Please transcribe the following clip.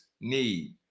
need